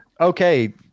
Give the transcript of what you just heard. Okay